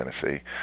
Tennessee